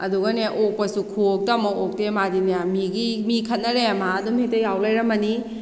ꯑꯗꯨꯒꯅꯦ ꯑꯣꯛꯄꯁꯨ ꯈꯨꯑꯣꯛꯇ ꯑꯃ ꯑꯣꯛꯇꯦ ꯃꯥꯗꯤꯅꯦ ꯃꯤꯒꯤ ꯃꯤ ꯈꯠꯅꯔꯦ ꯃꯥ ꯑꯗꯨꯝ ꯍꯦꯛꯇ ꯌꯥꯎ ꯂꯩꯔꯝꯃꯅꯤ